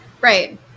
right